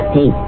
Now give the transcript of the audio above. Hey